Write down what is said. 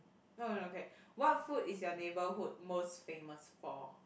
oh okay what food is your neighbourhood most famous for